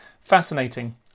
Fascinating